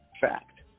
fact